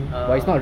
oh